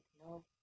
no